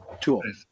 tool